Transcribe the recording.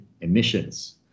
emissions